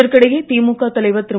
இதற்கிடையே திமுக தலைவர் திரு